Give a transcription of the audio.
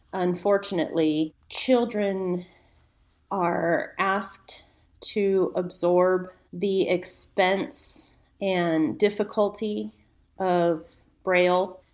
unfortunately, children are asked to absorb the expense and difficulty of braille.